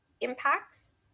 impacts